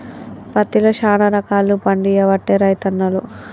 పత్తిలో శానా రకాలు పండియబట్టే రైతన్నలు